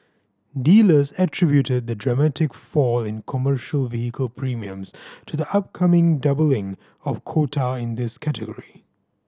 dealers attributed the dramatic fall in commercial vehicle premiums to the upcoming doubling of quota in this category